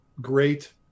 Great